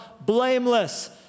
blameless